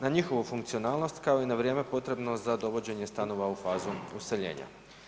Na njihovu funkcionalnosti kao i na vrijeme potrebno za dovođenje stanova u fazu useljenja.